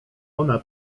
ona